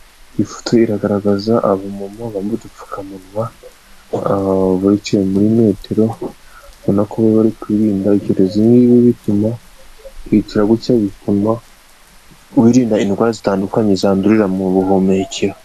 Ifoto iragaragaza aba mama bambaye udupfukamunwa bici muri metero, ubonako bari kwirinda icyorezo, nk'ibi bituma kwicara gutya bituma wirinda indwara zitandukanye zandurira mu buhumekero.